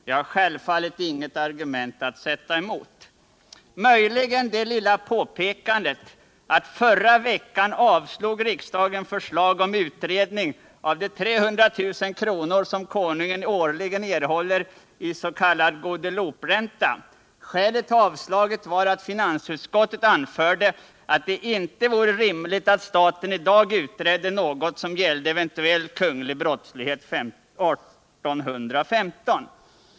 Jag har självfallet inget argument att sätta emot. Möjligen kan jag göra det lilla påpekandet att förra veckan avslog riksdagen förslag om utredning av de 300 000 kr. som konungen årligen erhåller i s.k. Guadelouperänta. Skälet till avslaget var att finansutskottet anförde att det inte vore rimligt att staten i dag utredde något som gällde eventuell kunglig brottslighet år 1815.